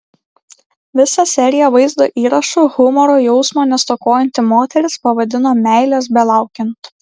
visą seriją vaizdo įrašų humoro jausmo nestokojanti moteris pavadino meilės belaukiant